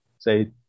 Say